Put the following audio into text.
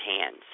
hands